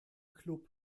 club